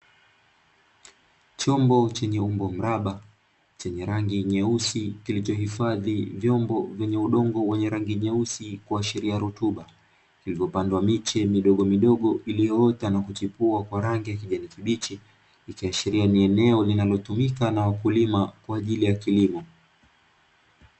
Chombo chenye umbo mraba chenye rangi nyeusi kilichohifadhi vyombo vyenye udongo wenye rangi nyeusi kuashiria rutuba, vilivyopandwa miche midogomidogo iliyoota na kuchipua kwa rangi ya kijani kibichi, ikiashiria ni eneo linalotumika na wakulima kwa ajili ya kilimo.